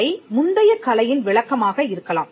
அவை முந்தைய கலையின் விளக்கமாக இருக்கலாம்